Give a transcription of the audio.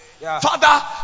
Father